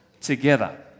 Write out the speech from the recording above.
together